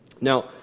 Now